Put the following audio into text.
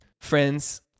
Friends